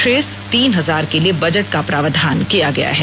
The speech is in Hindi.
शेष तीन हजार के लिए बजट का प्रावधान किया गया है